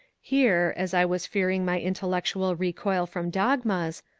here, as i was fearing my intel lectual recoil from dogmas,